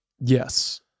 Yes